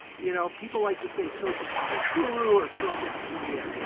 you know, people like to say social media guru or social media